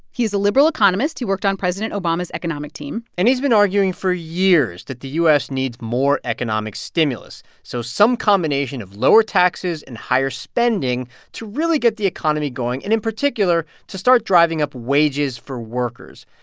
he's a liberal economist. he worked on president obama's economic team and he's been arguing for years that the u s. needs more economic stimulus so some combination of lower taxes and higher spending to really get the economy going and, in particular, to start driving up wages for workers.